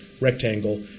rectangle